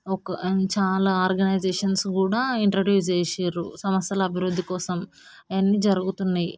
ఒక్క చాలా ఆర్గనైజేషన్స్ కూడా ఇంట్రడ్యూస్ చేసారు సంస్థల అభివృద్ధి కోసం అవన్నీ జరుగుతున్నాయి